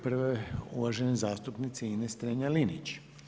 Prva je uvažene zastupnice Ines Strenja Linić.